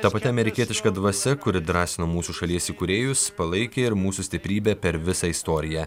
ta pati amerikietiška dvasia kuri drąsino mūsų šalies įkūrėjus palaikė ir mūsų stiprybę per visą istoriją